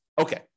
Okay